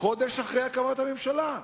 חודש אחרי הקמת הממשלה.